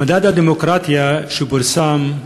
מדד הדמוקרטיה שפורסם,